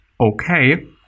okay